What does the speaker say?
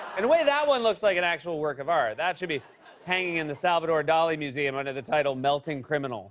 in a way, that one looks like an actual work of art. that should be hanging in the salvador dali museum, under the title melting criminal